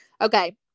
Okay